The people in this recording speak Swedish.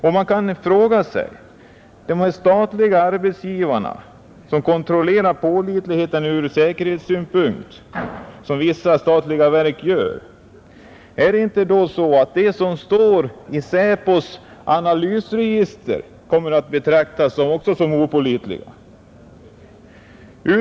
Är det inte så att också de som står i SÄPO:s analysregister kommer att betraktas som opålitliga, när de statliga arbetsgivarna kontrollerar pålitligheten ur säkerhetssynpunkt, som vissa statliga verk gör?